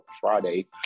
Friday